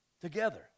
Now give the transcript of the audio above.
Together